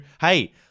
hey